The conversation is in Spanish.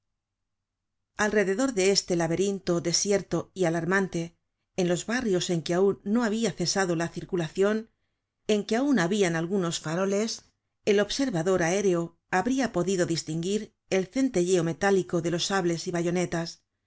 alrededor de este laberinto desierto y alarmante en los barrios en que auu no habia cesado la circulacion en que aun habia algunos faroles el observador aéreo habria podido distinguir el centelleo metálico de los sables y bayonetas